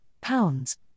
pounds